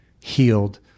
healed